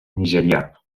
nigerià